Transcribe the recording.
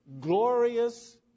glorious